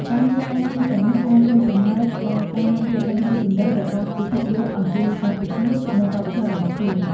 ការងារស្រាវជ្រាវទាំងនេះអាចរួមចំណែកដល់ការយល់ដឹងស៊ីជម្រៅរបស់ពិភពលោកអំពីកម្ពុជា និងវប្បធម៌របស់ខ្លួន។